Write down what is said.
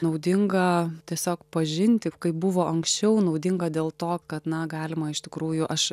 naudinga tiesiog pažinti kaip buvo anksčiau naudinga dėl to kad na galima iš tikrųjų aš